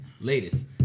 latest